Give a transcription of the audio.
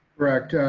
correct,